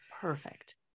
perfect